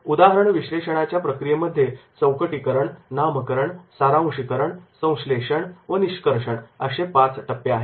उदाहरण विश्लेषणाच्या प्रक्रियेमध्ये चौकटी करण नामकरण सारांशिकरण संश्लेषण आणि निष्कर्षण असे पाच टप्पे आहेत